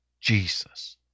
Jesus